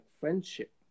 friendship